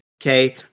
okay